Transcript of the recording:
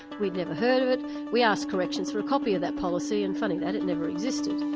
we'd never heard of it we asked corrections for a copy of that policy and funny that, it never existed.